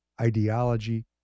ideology